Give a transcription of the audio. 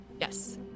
Yes